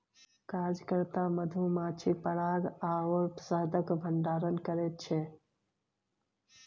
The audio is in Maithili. कार्यकर्ता मधुमाछी पराग आओर शहदक भंडारण करैत छै